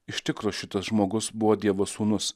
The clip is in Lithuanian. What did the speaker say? iš tikro šitas žmogus buvo dievo sūnus